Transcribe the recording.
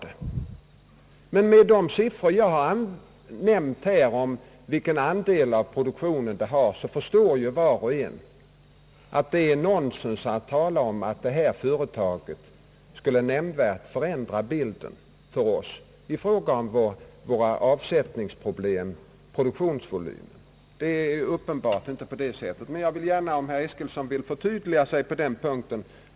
Men mot bakgrund av de siffror jag har nämnt här om detta företags andel av produktionen förstår ju var och en att det är nonsens att tala om att detta företag nämnvärt skulle förändra bilden i fråga om produktionsvolym och avsättningsproblem. Jag vill gärna att herr Eskilsson förtydligar sig på den punkten.